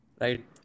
right